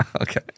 Okay